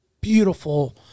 beautiful